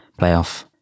playoff